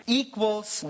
equals